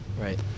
Right